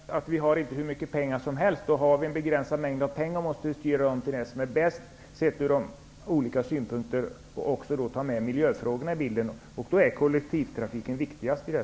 Herr talman! Problemet är bara att vi inte har hur mycket pengar som helst. Eftersom vi har en begränsad mängd pengar måste vi styra användningen av dessa mot det som är bäst från olika synpunkter. Miljöfrågorna t.ex. måste också komma med i bilden, och då är kollektivtrafiken viktigast.